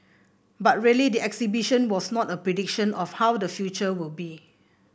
but really the exhibition was not a prediction of how the future will be